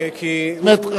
זאת אומרת,